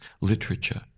literature